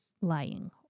lying